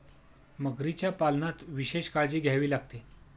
मगरीच्या पालनात विशेष काळजी घ्यावी लागते